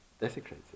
desecrates